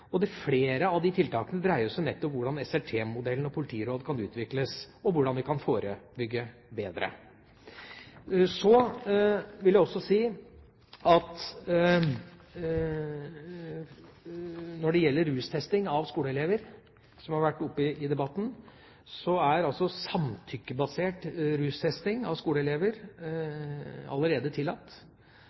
i fjor. Flere av tiltakene dreier seg nettopp om hvordan SLT-modellen og politiråd kan utvikles, og hvordan vi kan forebygge bedre. Så vil jeg også si at når det gjelder rustesting av skoleelever, som har vært oppe i debatten, så er samtykkebasert rustesting av skoleelever allerede tillatt,